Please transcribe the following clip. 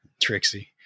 Trixie